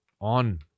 on